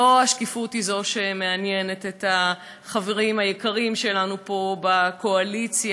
לא השקיפות היא זאת שמעניינת את החברים היקרים שלנו פה בקואליציה,